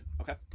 Okay